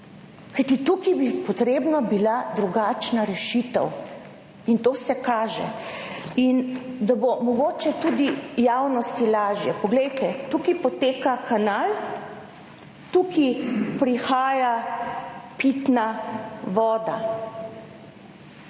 tukaj bi potrebna bila drugačna rešitev in to se kaže in da bo mogoče tudi javnosti lažje, poglejte, / pokaže zboru/ tukaj poteka kanal, tukaj prihaja pitna voda.